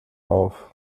auf